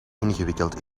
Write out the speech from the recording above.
ingewikkeld